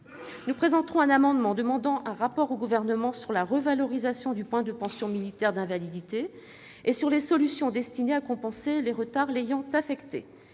Nous présenterons un amendement visant à demander un rapport au Gouvernement sur la revalorisation du point de pension militaire d'invalidité et sur les solutions destinées à compenser les retards l'ayant affectée.